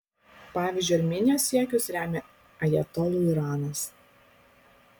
pavyzdžiui armėnijos siekius remia ajatolų iranas